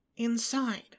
Inside